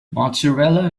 mozzarella